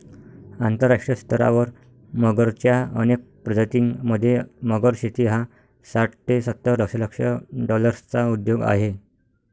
आंतरराष्ट्रीय स्तरावर मगरच्या अनेक प्रजातीं मध्ये, मगर शेती हा साठ ते सत्तर दशलक्ष डॉलर्सचा उद्योग आहे